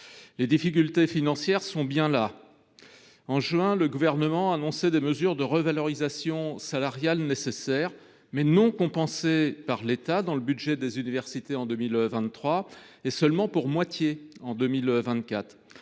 Les difficultés financières sont bien là ! Au mois de juin, le Gouvernement annonçait des mesures de revalorisation salariale nécessaires, mais non compensées par l’État dans le budget des universités en 2023 et seulement pour moitié en 2024.